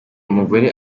mugore